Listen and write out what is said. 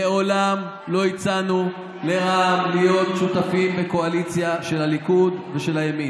מעולם לא הצענו לרע"מ להיות שותפים בקואליציה של הליכוד ושל הימין.